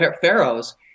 pharaohs